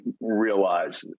realize